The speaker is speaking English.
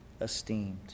esteemed